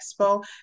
expo